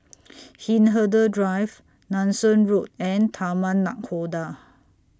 Hindhede Drive Nanson Road and Taman Nakhoda